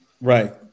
Right